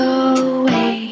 away